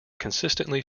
consistently